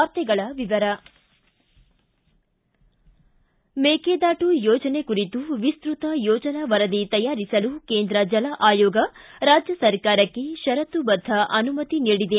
ವಾರ್ತೆಗಳ ವಿವರ ಮೇಕೆದಾಟು ಯೋಜನೆ ಕುರಿತು ವಿಸ್ತತ ಯೋಜನಾ ವರದಿ ತಯಾರಿಸಲು ಕೇಂದ್ರ ಜಲ ಆಯೋಗ ರಾಜ್ಯ ಸರ್ಕಾರಕ್ಕೆ ಷರತ್ತುಬದ್ದ ಅನುಮತಿ ನೀಡಿದೆ